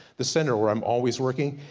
the center where i'm always working,